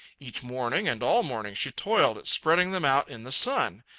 each morning, and all morning, she toiled at spreading them out in the sun.